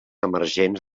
emergents